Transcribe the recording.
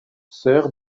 sœur